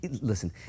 Listen